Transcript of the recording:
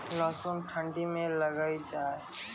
लहसुन ठंडी मे लगे जा?